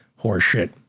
horseshit